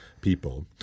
people